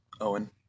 Owen